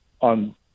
on